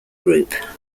group